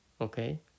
okay